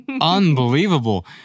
unbelievable